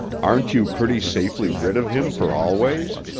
aren't you pretty safely rid of him for always?